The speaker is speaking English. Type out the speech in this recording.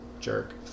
jerk